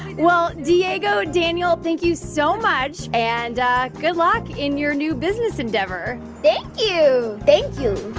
well, diego, daniel, thank you so much. and good luck in your new business endeavor thank you thank you